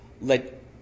Let